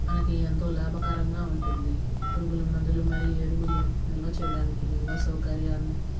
మనకి ఎంతో లాభకరంగా ఉంటుంది పురుగుల మందులు మరియు ఎరువులు నిల్వ చేయడానికి నిల్వ సౌకర్యాన్ని